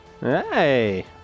Hey